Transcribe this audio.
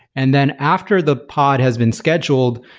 and then after the pod has been scheduled,